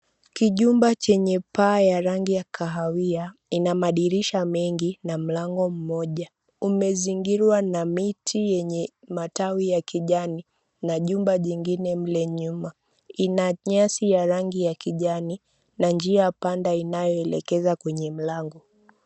Kijumba chenye paa ya rangi ya kahawia ina madirisha mengi na mlango mmoja. Umezingirwa na miti yenye matawi ya kijani na jumba jingine mle nyuma. Ina nyasi ya rangi ya kijani na njia panda inayo elekeza kwenye mlango.